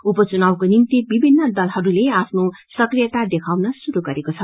उप चुनावको निम्ति विभिन्न दलहरूले आफ्नो सक्रियाता देााउन शुरू गरेको छ